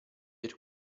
per